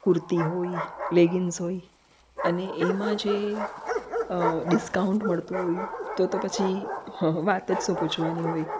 કુર્તી હોય લેગીન્સ હોય અને એમાં જે ડિસ્કાઉન્ટ મળતું હોય તો તો પછી વાત જ શું પૂછવાની હોય